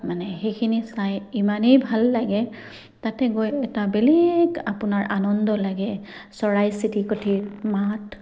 মানে সেইখিনি চাই ইমানেই ভাল লাগে তাতে গৈ এটা বেলেগ আপোনাৰ আনন্দ লাগে চৰাই চিৰিকটিৰ মাত